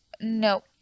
no